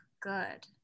good